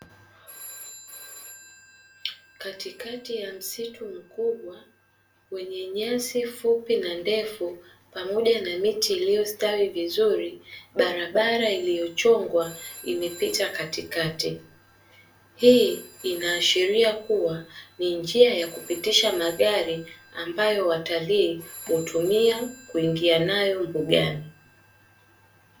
Katikati ya msitu mkubwa wenye nyasi fupi na ndefu pamoja na miti iliyostawi vizuri, barabara iliyochongwa imepita katikati. Hii inaashiria kuwa ni njia ya kupitisha magari ambayo watalii hutumia kuingia nayo mbugani.